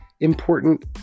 important